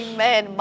Amen